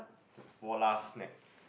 Polar snack